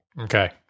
Okay